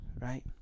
right